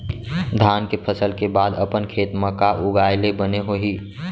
धान के फसल के बाद अपन खेत मा का उगाए ले बने होही?